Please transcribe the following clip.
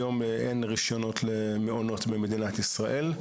היום אין רישיונות למעונות במדינת ישראל.